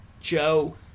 Joe